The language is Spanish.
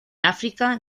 áfrica